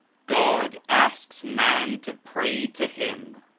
god asks man to pray to him.